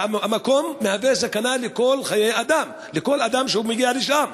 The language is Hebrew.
המקום מהווה סכנה לחיי אדם, לכל אדם שמגיע לשם.